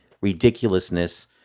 ridiculousness